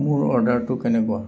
মোৰ অৰ্ডাৰটো কেনেকুৱা